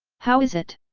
how is it?